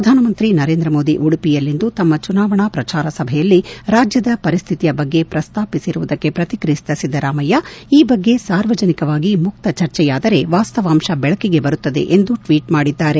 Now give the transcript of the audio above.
ಪ್ರಧಾನಮಂತ್ರಿ ನರೇಂದ್ರ ಮೋದಿ ಉಡುಪಿಯಲ್ಲಿಂದು ತಮ್ಮ ಚುನಾವಣಾ ಪ್ರಚಾರ ಸಭೆಯಲ್ಲಿ ರಾಜ್ಯದ ಪರಿಸ್ತಿತಿಯ ಬಗ್ಗೆ ಪ್ರಸ್ತಾಪಿಸಿರುವುದಕ್ಕೆ ಪ್ರತಿಕ್ರಿಯಿಸಿದ ಸಿದ್ಧರಾಮಯ್ನ ಈ ಬಗ್ಗೆ ಸಾರ್ವಜನಿಕವಾಗಿ ಮುಕ್ತ ಚರ್ಚೆಯಾದರೆ ವಾಸ್ತವಾಂತ ದೆಳಕಿಗೆ ಬರುತ್ತದೆ ಎಂದು ಟ್ವೀಟ್ ಮಾಡಿದ್ದಾರೆ